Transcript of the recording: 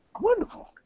Wonderful